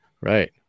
Right